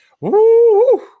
Woo